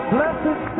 Blessed